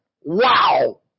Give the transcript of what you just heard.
Wow